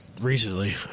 recently